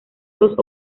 dos